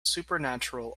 supernatural